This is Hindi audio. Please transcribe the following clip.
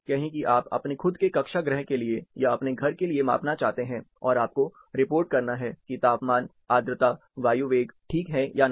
कहें कि आप अपने खुद के कक्षा गृह के लिए या अपने घर के लिए मापना चाहते हैं और आपको रिपोर्ट करना है कि तापमान आर्द्रता वायु वेग ठीक है या नहीं